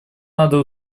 надо